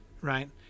right